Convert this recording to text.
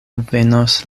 venos